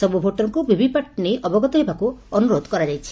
ସବୁ ଭୋଟରଙ୍କୁ ଭିଭିପାଟ୍ ନେଇ ଅବଗତ ହେବାକୁ ଅନୁରୋଧ କରାଯାଇଛି